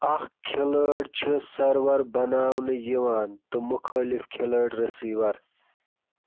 اَکھ کِھلٲڑۍ چھُ سٔرور بناونہٕ یِوان تہٕ مُخٲلِف کِھلٲڑۍ رسیٖور